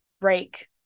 break